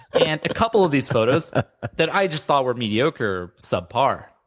and a couple of these photos that i just thought were mediocre, subpar.